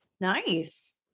Nice